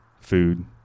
food